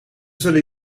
zullen